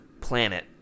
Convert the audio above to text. planet